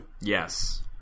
Yes